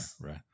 right